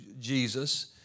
Jesus